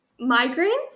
migraines